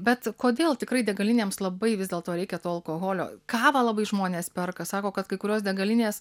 bet kodėl tikrai degalinėms labai vis dėlto reikia to alkoholio kavą labai žmonės perka sako kad kai kurios degalinės